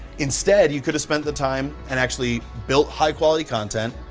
instead, you could've spent the time and actually built high quality content,